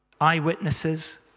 Eyewitnesses